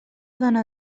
dona